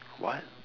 what